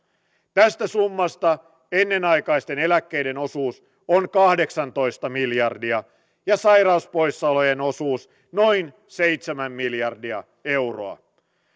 tästä summasta ennenaikaisten eläkkeiden osuus on kahdeksantoista miljardia ja sairauspoissaolojen osuus noin seitsemän miljardia euroa